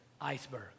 iceberg